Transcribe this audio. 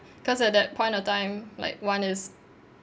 cause at that point of time like one is